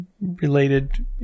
related